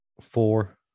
Four